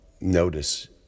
notice